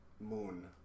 Moon